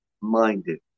minded